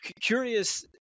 curious –